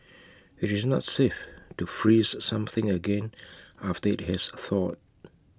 IT is not safe to freeze something again after IT has thawed